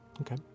Okay